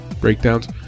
breakdowns